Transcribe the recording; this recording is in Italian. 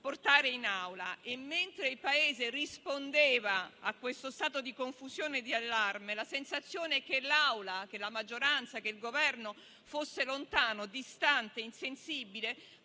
portare a scuola. E mentre il Paese rispondeva a questo stato di confusione e di allarme, la sensazione è che l'Assemblea, la maggioranza e il Governo fossero lontani, distanti, insensibili,